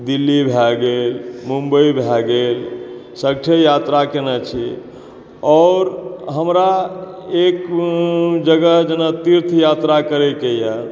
दिल्ली भए गेल मुंबई भए गेल सबठाम यात्रा कयने छी आओर हमरा एक जगह जेना तीर्थ यात्रा करय के यऽ